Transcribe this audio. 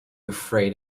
afraid